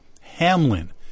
Hamlin